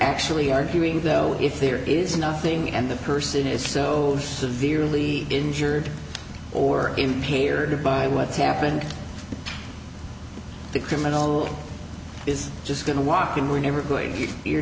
actually arguing though if there is nothing and the person is so severely injured or impaired by what's happened the criminal is just going to walk in we're never going to